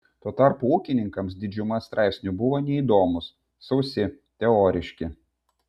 tuo tarpu ūkininkams didžiuma straipsnių buvo neįdomūs sausi teoriški